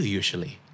usually